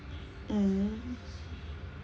mm